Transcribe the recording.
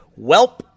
Welp